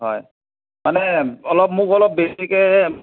হয় মানে অলপ মোক অলপ বেছিকে